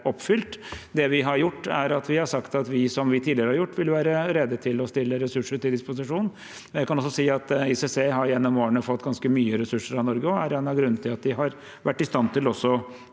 vi har sagt at vi – slik vi tidligere har gjort – vil være rede til å stille ressurser til disposisjon. Jeg kan også si at ICC gjennom årene har fått ganske mye ressurser av Norge, og det er en av grunnene til at de har vært i stand til å